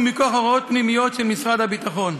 מכוח הוראות פנימיות של משרד הביטחון.